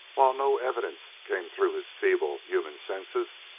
while no evidence came through his feeble, human senses,